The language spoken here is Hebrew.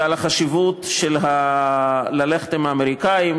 ועל החשיבות שבללכת עם האמריקנים,